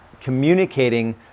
communicating